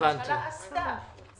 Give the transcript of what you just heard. שהממשלה עשתה.